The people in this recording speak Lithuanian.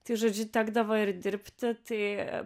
tai žodžiu tekdavo ir dirbti tai